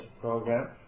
program